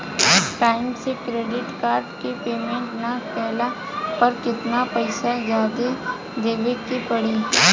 Time से credit card के payment ना कैला पर केतना पईसा जादे देवे के पड़ी?